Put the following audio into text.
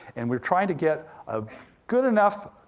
and we're trying to get a good enough,